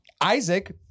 Isaac